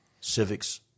civics